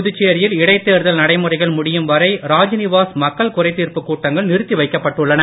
புதுச்சேரியில் இடைத்தேர்தல் நடைமுறைகள் முடியும் வரை ராஜ்நிவாஸ் மக்கள் குறைதீர்ப்பு கூட்டங்கள் நிறுத்தி வைக்கப்பட்டுள்ளன